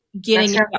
getting-